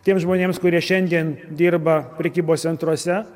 tiems žmonėms kurie šiandien dirba prekybos centruose